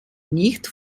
nicht